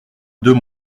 deux